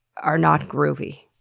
are not groovy.